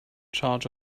charge